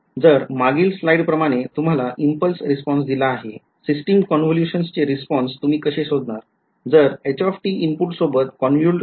जर मागील स्लाईड प्रमाणे तुम्हाला इम्पल्स रिस्पॉन्स दिला आहे सिस्टिम कॉनव्होल्यूशनचे रिस्पॉन्स तुम्ही कसे शोधणार जर h इनपुट सोबत convolved केले आहे